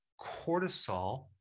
cortisol